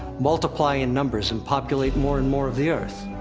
multiply in numbers, and populate more and more of the earth.